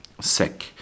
sick